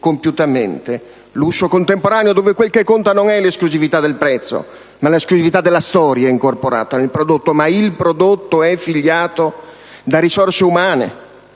l'uscio contemporaneo dove quel che conta non è l'esclusività del prezzo, ma l'esclusività della storia incorporata nel prodotto. Ma il prodotto è figliato da risorse umane,